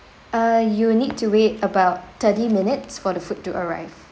uh you need to wait about thirty minutes for the food to arrive